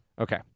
Okay